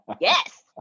Yes